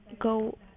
go